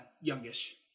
youngish